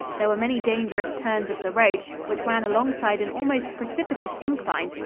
there were many dangerous turns of the road, which ran alongside an almost precipitous incline,